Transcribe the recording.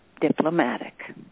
diplomatic